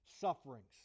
sufferings